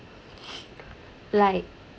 like